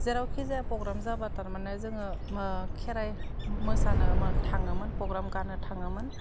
जेरावखिजाया programme जाबा थारमाने जोङो खेराइ मोसानो थाङोमोन प्रग्राम गानो थाङोमोन